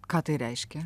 ką tai reiškia